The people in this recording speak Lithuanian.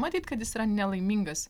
matyt kad jis yra nelaimingas